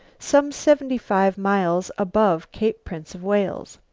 some seventy-five miles above cape prince of wales.